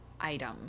item